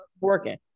Working